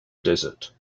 desert